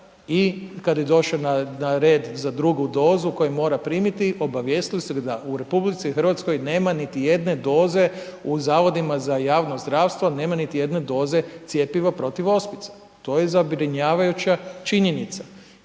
i kad je došao na red za drugu dozu koju mora primiti, obavijestili su ga da u Republici Hrvatskoj nema niti jedne doze u Zavodima za javno zdravstvo, nema niti jedne doze cjepiva protiv ospica. To je zabrinjavajuća činjenica.